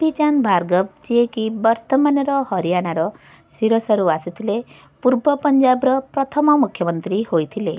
ଗୋପୀ ଚାନ୍ଦ ଭାର୍ଗବ ଯିଏକି ବର୍ତ୍ତମାନର ହରିୟାଣାର ସିରସାରୁ ଆସିଥିଲେ ପୂର୍ବ ପଞ୍ଜାବର ପ୍ରଥମ ମୁଖ୍ୟମନ୍ତ୍ରୀ ହୋଇଥିଲେ